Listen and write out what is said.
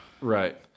Right